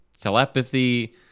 telepathy